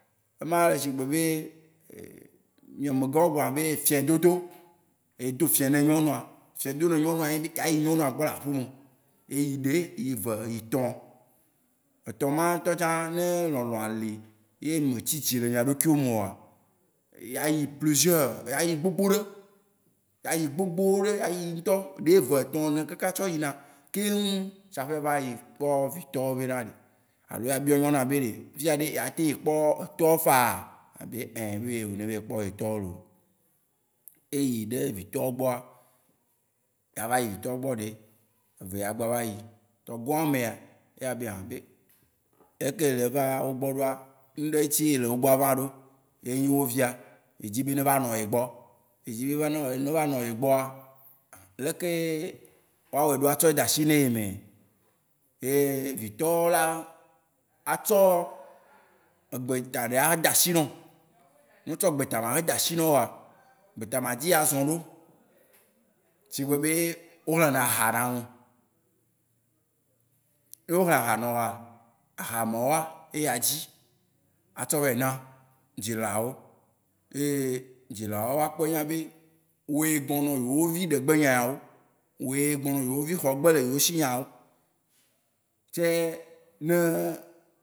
Ema sigbe be ame gã wó gblɔ na be efiɛ dodo. Edo fiɛ ne nyɔnua. Fiɛ dodo ne nyɔnua ye nyi nuka? Ayi nyɔnua gbɔ le aƒe me. Eyi ɖe, yi ve, yi tɔ. Etɔ ma ŋutɔ tsã, ne lɔlɔa lia, ne mí me tsi dzi le mìa ɖokuiwò me oa, yeayi plusieurs, yeayi gbogbo ɖe. Yeayi gbogbo ɖe, ayi ŋutɔ. Eɖe, eve, etɔ̃. ene, kaka tsɔ yina kem, tsaƒe ava kpɔ vitɔ wó be na ɖe, alo yea biɔ nyɔnua be na ɖe yea te yi kpɔ etɔa wó faa? Ela be ɛ be wò ne vayi kpɔ ye tɔ wó loo. Ne eyi ɖe vitɔa gbɔa, ava yi vitɔ gbɔ eɖe, eve, agbaa vayi. Tɔ gbɔa mea, ye abe an be leyike yele va wóa gbɔ ɖoa, nuɖe ŋutsi ye yele wó gbɔ va ɖo. Ye nyi wó via. Ye dzi be ne va nɔ ye gbɔ, ye dzi be neva nɔ ye gbɔa, an leke ye wóa wɔe ɖo atsɔa de ashi ne ye mɛ? Ye vitɔwó la atsɔ egbe ta ɖe ade ashi nawò. Ne wó tsɔ egbe ta ma de ashi ne wòa, eyedzi yeazɔ aɖo. Shigbe be wó xlẽ na aha ne ame. Ne wó hlẽ aha ne wòa, aha mawóa ye adzi atsɔ vayi na dzilawo ye dzilawo wó anya be wò ye gbɔnɔ yewó be vi degbe nyawo. Wò egbɔ nɔ yeo be vi xɔ gbe le yewo si nyawo. Tsae ne.